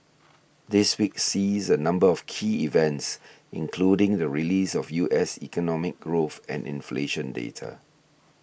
this week sees a number of key events including the release of U S economic growth and inflation data